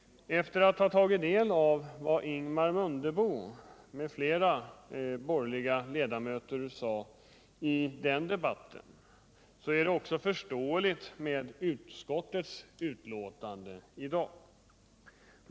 Efter att ha tagit del av vad Ingemar Mundebo m.fl. borgerliga ledamöter sade i den debatten finner man utskottets betänkande i dag förståeligt.